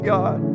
God